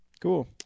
Cool